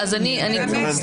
את לא חייבת לנמק.